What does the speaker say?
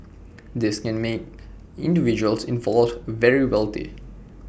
this can make individuals involved very wealthy